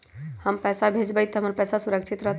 हम पैसा भेजबई तो हमर पैसा सुरक्षित रहतई?